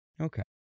Okay